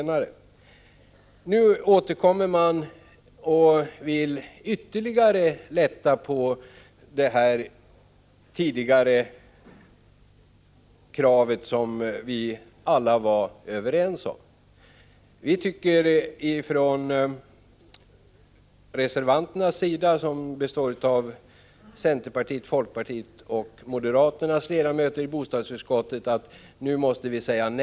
Nu återkommer regeringen och vill ytterligare lätta på det tidigare kravet, som vi alla var överens om. Reservanterna, centerpartiets, folkpartiets och moderaternas ledamöter i bostadsutskottet, tycker att vi nu måste säga nej. Prot.